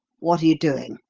what are you doing?